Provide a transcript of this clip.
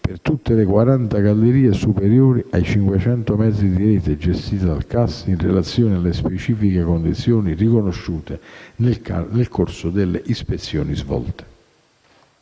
per tutte le 40 gallerie superiori ai 500 metri della rete gestita dal CAS in relazione alle specifiche condizioni riconosciute nel corso delle ispezioni svolte.